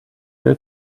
your